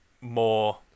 more